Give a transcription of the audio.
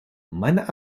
meiner